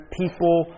people